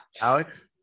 Alex